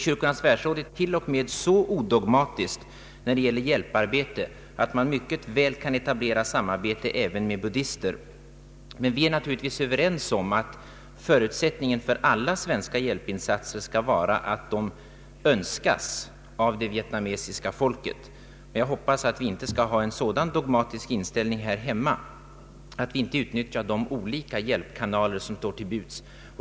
Kyrkornas Världsråd är till och med så odogmatiskt i sitt hjälparbete att man mycket väl kan etablera samarbete även med buddister. Men vi är naturligtvis överens om att förutsättningen för alla svenska hjälpinsatser skall vara att de önskas av det vietnamesiska folket. Jag hoppas att vi inte skall ha en sådan dogmatisk inställning här hemma att vi inte utnyttjar de olika hjälpkanaler som står till buds.